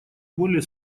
более